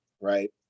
right